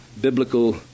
biblical